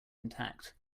intact